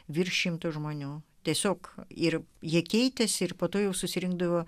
virš šimto žmonių tiesiog ir jie keitėsi ir po to jau susirinkdavo